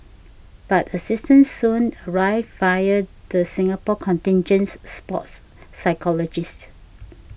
but assistance soon arrived via the Singapore contingent's sports psychologist